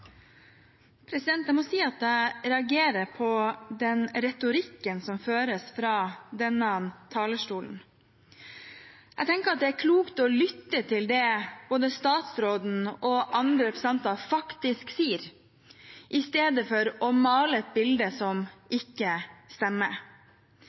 Jeg må si at jeg reagerer på retorikken som føres fra denne talerstolen. Jeg tenker det er klokt å lytte til det både statsråden og andre representanter faktisk sier i stedet for å male et bilde som